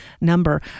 number